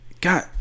god